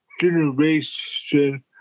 generation